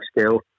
skill